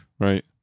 Right